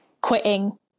quitting